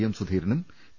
M സുധീരനും P